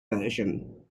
version